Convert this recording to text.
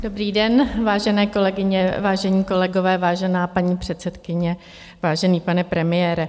Dobrý den, vážené kolegyně, vážení kolegové, vážená paní předsedkyně, vážený pane premiére.